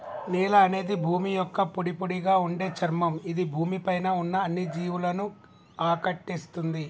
నేల అనేది భూమి యొక్క పొడిపొడిగా ఉండే చర్మం ఇది భూమి పై ఉన్న అన్ని జీవులను ఆకటేస్తుంది